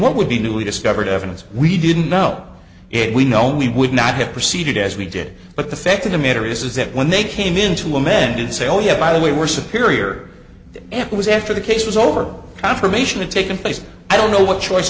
what would be newly discovered evidence we didn't know it we know we would not have proceeded as we did but the fact of the matter is that when they came into a man did say oh yeah by the way we're secure ear it was after the case was over confirmation and taken place i don't know what choice